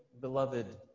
beloved